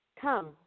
Come